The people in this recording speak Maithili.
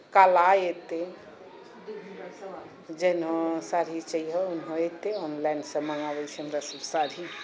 काला एतै जेनहो साड़ी चाहिए ओहनो एतै ऑनलाइनसँ माँगाबै छी हमरा सब साड़ी